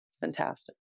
Fantastic